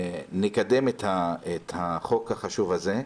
נקדם את החוק החשוב הזה.